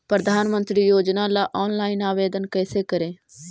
प्रधानमंत्री योजना ला ऑनलाइन आवेदन कैसे करे?